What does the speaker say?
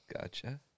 Gotcha